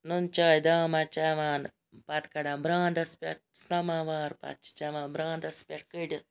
نُن چاے داما چَوان پَتہٕ کَڑان برانٛدَس پیٹھ سَمَوار پَتہٕ چھِ چَوان برانٛدَس پیٹھ کٔڑِتھ